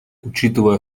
учитывая